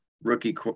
Rookie